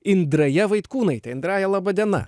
indraja vaitkūnaitė indraja laba diena